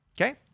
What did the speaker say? Okay